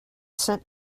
sent